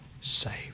saved